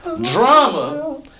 Drama